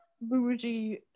bougie